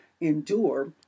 endure